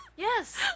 Yes